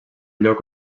lloc